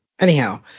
anyhow